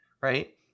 right